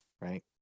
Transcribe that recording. right